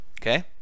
Okay